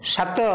ସାତ